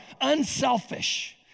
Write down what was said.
unselfish